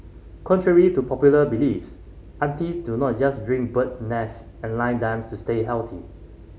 contrary to popular beliefs aunties do not just drink bird's nest and line dance to stay healthy